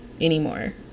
anymore